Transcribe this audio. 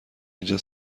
اینجا